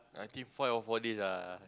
I think five or four days ah